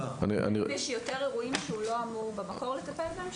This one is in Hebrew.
יש יותר אירועים שבמקור הוא לא אמור לטפל בהם,